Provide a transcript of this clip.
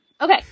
Okay